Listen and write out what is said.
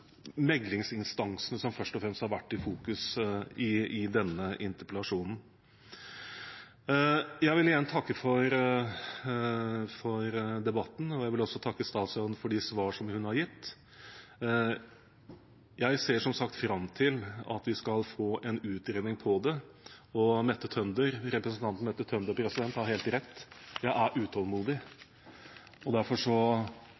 som først og fremst har vært i fokus i denne interpellasjonen. Jeg vil igjen takke for debatten, og jeg vil også takke statsråden for de svar som hun har gitt. Jeg ser som sagt fram til at vi skal få en utredning om dette. Representanten Mette Tønder har helt rett: Jeg er utålmodig. Derfor